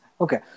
Okay